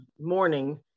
morning